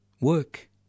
work